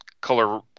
color